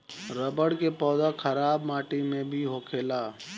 रबड़ के पौधा खराब माटी में भी होखेला